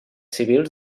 civils